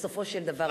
בסופו של דבר,